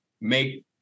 make